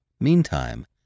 Meantime